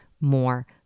more